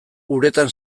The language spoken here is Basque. uretan